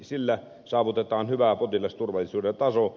sillä saavutetaan hyvä potilasturvallisuuden taso